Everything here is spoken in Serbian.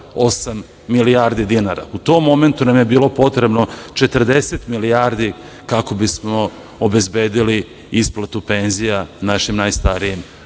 8 milijardi dinara i u tom momentu nam je bilo potrebno 40 milijardi kako bismo obezbedili isplatu penzija našim najstarijim